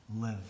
live